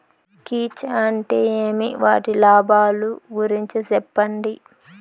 కీచ్ అంటే ఏమి? వాటి లాభాలు గురించి సెప్పండి?